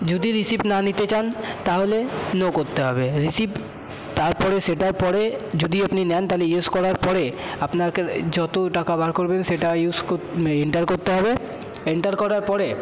যদি রিসিপ না নিতে চান তাহলে নো করতে হবে রিসিপ তারপরে সেটার পরে যদি আপনি নেন তাহলে ইয়েস করার পরে আপনাকে যতো টাকা বার করবেন সেটা ইউজ করতে এন্টার করতে হবে এন্টার করার পরে